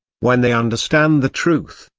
when they understand the truth,